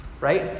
Right